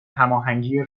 هماهنگی